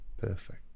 perfect